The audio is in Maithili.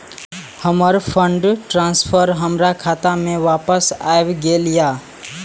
हमर फंड ट्रांसफर हमर खाता में वापस आब गेल या